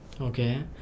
Okay